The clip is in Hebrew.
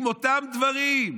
עם אותם דברים.